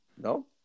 No